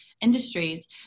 industries